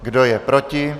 Kdo je proti?